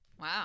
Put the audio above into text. Wow